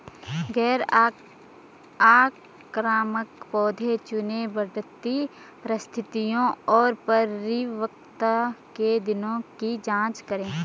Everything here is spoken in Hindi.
गैर आक्रामक पौधे चुनें, बढ़ती परिस्थितियों और परिपक्वता के दिनों की जाँच करें